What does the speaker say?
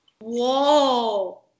Whoa